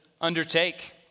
undertake